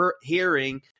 hearing